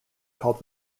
called